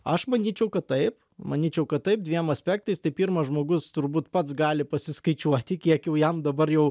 aš manyčiau kad taip manyčiau kad taip dviem aspektais tai pirmas žmogus turbūt pats gali pasiskaičiuoti kiek jau jam dabar jau